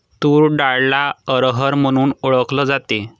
तूर डाळला अरहर म्हणूनही ओळखल जाते